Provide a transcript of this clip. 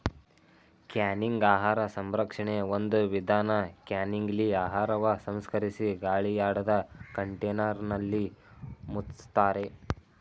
canning ಆಹಾರ ಸಂರಕ್ಷಣೆ ಒಂದು ವಿಧಾನ ಕ್ಯಾನಿಂಗ್ಲಿ ಆಹಾರವ ಸಂಸ್ಕರಿಸಿ ಗಾಳಿಯಾಡದ ಕಂಟೇನರ್ನಲ್ಲಿ ಮುಚ್ತಾರೆ